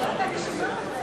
נתקבלו.